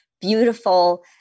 beautiful